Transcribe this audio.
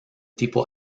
tipo